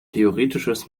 theoretisches